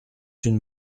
une